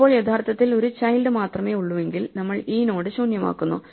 ഇപ്പോൾ യഥാർത്ഥത്തിൽ ഒരു ചൈൽഡ് മാത്രമേയുള്ളൂവെങ്കിൽ നമ്മൾ ഈ നോഡ് ശൂന്യമാക്കുന്നു